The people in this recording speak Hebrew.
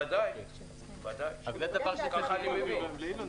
ודאי, כך אני מבין.